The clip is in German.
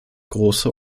große